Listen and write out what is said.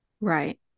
right